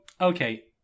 okay